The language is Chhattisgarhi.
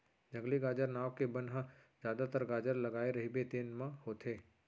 जंगली गाजर नांव के बन ह जादातर गाजर लगाए रहिबे तेन म होथे